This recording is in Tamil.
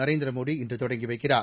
நரேந்திர மோடி இன்று தொடங்கி வைக்கிறார்